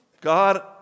God